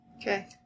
Okay